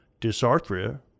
dysarthria